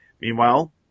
Meanwhile